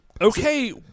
Okay